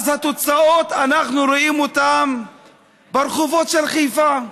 אז התוצאות, אנחנו רואים אותן ברחובות של חיפה.